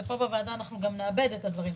וכאן בוועדה אנחנו גם נעבד את הדברים.